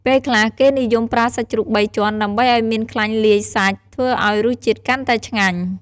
ពេលខ្លះគេនិយមប្រើសាច់ជ្រូកបីជាន់ ដើម្បីឱ្យមានខ្លាញ់លាយសាច់ ធ្វើឱ្យរសជាតិកាន់តែឆ្ងាញ់។